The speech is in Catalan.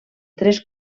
tres